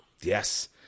yes